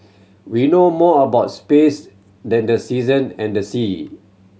we know more about space than the season and the sea